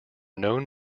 known